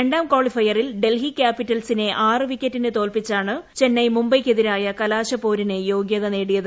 രണ്ടാം കാളിഫയറിൽ ഡൽഹി ക്യാപിറ്റൽസിനെ ആറു വിക്കറ്റിന് തോൽപ്പിച്ചാണ് ചെന്നൈ മുംബൈയ്ക്കെതിരായ കലാശപ്പോരിന് യോഗ്യത നേടിയത്